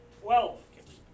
Twelve